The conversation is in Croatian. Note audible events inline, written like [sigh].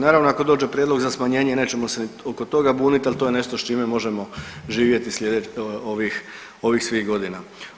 Naravno, ako dođe prijedlog za smanjenje, nećemo se ni oko toga buniti, ali to je nešto s čime možemo živjeti ... [unintelligible] ovih svih godina.